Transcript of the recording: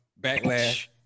backlash